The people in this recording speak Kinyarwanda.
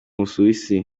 busuwisi